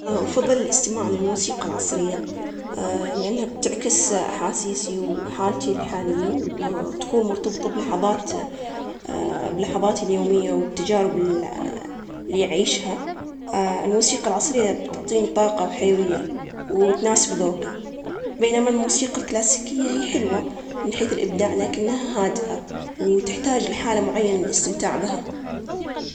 أنا أحب الموسيقى العصرية أكثر, لأنها تعكس مشاعر وأفكار, الوقت الحالي والمعاصر, وتكون أكثر حيوية, وأكثر تعبير عن الحياة الحالية, الموسيقى الكلاسيكية جميلة بعد, لكن بالنسبالي, العصرية هي اللي تعطي الطاقة وتناسب مزاجي أكثر, ومرحلة حياتي هذي.